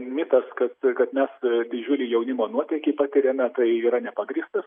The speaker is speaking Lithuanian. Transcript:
mitas kad kad mes didžiulį jaunimo nuotekį patiriame tai yra nepagrįstas